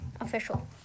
Official